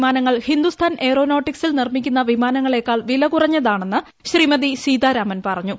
വിമാനങ്ങൾ ഹിന്ദുസ്ഥാൻ എയ്റോനോട്ടിക് സിൽ നിർമ്മിക്കുന്ന് വിമാനങ്ങളേക്കാൾ വില കുറഞ്ഞതാണെന്ന് ശ്രീമതി ് സീതാരാമൻ പറഞ്ഞു